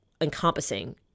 encompassing